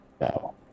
No